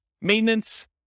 Maintenance